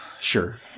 sure